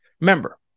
Remember